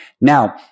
Now